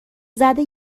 زده